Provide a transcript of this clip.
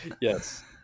Yes